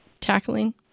tackling